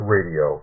Radio